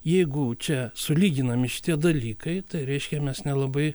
jeigu čia sulyginami šitie dalykai tai reiškia mes nelabai